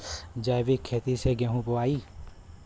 जैविक खेती से गेहूँ बोवाई